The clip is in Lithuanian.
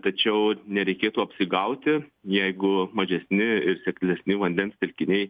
tačiau nereikėtų apsigauti jeigu mažesni ir seklesni vandens telkiniai